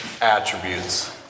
attributes